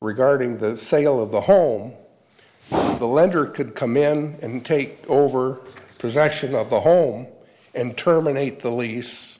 regarding the sale of the home the lender could come in and take over possession of the home and terminate the lease